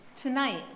Tonight